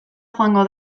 joango